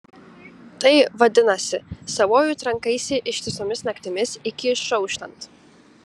tai vadinasi savuoju trankaisi ištisomis naktimis iki išauštant